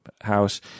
house